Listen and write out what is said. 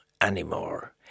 anymore